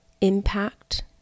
impact